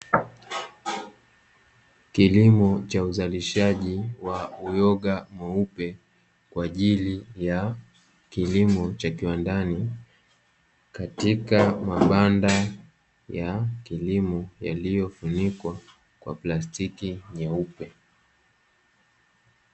Kilimo cha uzalishaji wa uyoga mweupe kwa ajili ya kilimo cha kiwandani, katika mabanda ya kilimo yaliyofunikwa kwa plastiki nyeupe.